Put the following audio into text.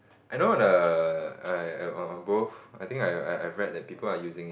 I know the I I am on on both I think I I read that people are using it